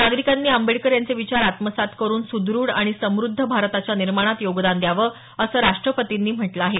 नागरीकांनी आंबेडकर यांचे विचार आत्मस्रात करुन सुद्रढ आणि समद्ध भारताच्या निर्माणात योगदान द्यावं असं राष्ट्रपतींनी म्हटलं आहे